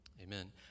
Amen